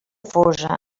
fosa